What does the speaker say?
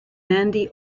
nandi